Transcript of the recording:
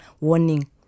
warning